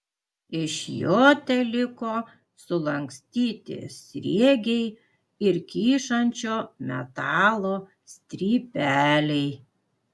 iš jo teliko sulankstyti sriegiai ir kyšančio metalo strypeliai